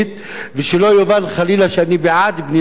ושלא יובן, חלילה, שאני בעד בנייה לא חוקית.